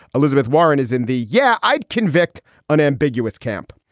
elizabeth warren is in the. yeah, i'd convict an ambiguous camp.